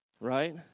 right